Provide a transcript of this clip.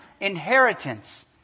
inheritance